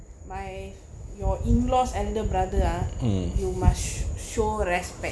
my your in-law's elder brother ah you must show respect